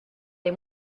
les